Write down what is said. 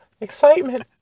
excitement